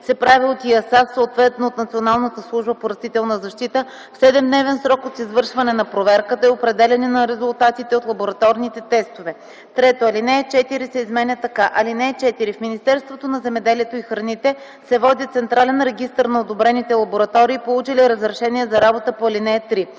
се прави от ИАСАС, съответно от Националната служба по растителна защита, в 7-дневен срок от извършване на проверката и определяне на резултатите от лабораторните тестове.” 3. Алинея 4 се изменя така: „(4) В Министерството на земеделието и храните се води централен регистър на одобрените лаборатории, получили разрешение за работа по ал. 3.